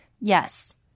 Yes